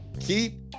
keep